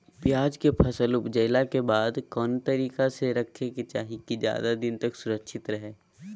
प्याज के फसल ऊपजला के बाद कौन तरीका से रखे के चाही की ज्यादा दिन तक सुरक्षित रहय?